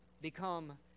become